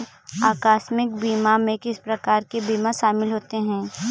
आकस्मिक बीमा में किस प्रकार के बीमा शामिल होते हैं?